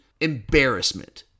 embarrassment